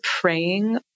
praying